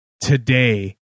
today